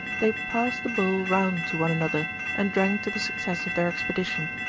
they passed the bowl round to one another and drank to the success of their expedition.